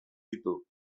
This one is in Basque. ditu